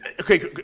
okay